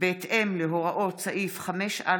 בהתאם להוראות סעיף 5(א)(1)